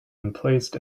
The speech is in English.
emplaced